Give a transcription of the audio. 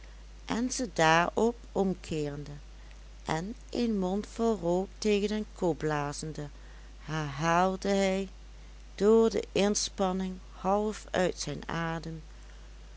en ze daarop omkeerende en een mondvol rook tegen den kop blazende herhaalde hij door de inspanning half uit zijn adem